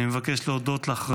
אני מבקש להודות לך,